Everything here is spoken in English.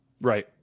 Right